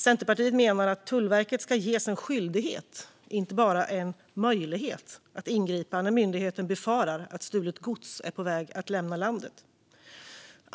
Centerpartiet menar att Tullverket ska ges en skyldighet och inte bara en möjlighet att ingripa när myndigheten befarar att stulet gods är på väg att lämna landet.